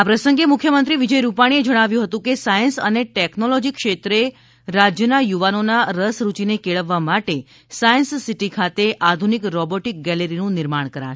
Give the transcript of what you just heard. આ પ્રસંગે મુખ્યમંત્રી વિજય રૂપાણીએ જણાવ્યું હતું કે સાયન્સ અને ટેકનોલોજી ક્ષેત્રમાં રાજ્યના યુવાનોના રસ રૂચિને કેળવવા માટે સાયન્સસીટી ખાતે આધુનિક રોબોટીક ગેલેરીનું નિર્માણ કરાશે